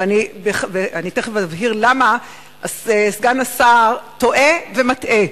ואני תיכף אבהיר למה סגן השר טועה ומטעה.